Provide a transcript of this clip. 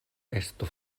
estu